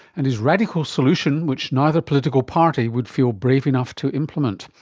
and his radical solution which neither political party would feel brave enough to implement.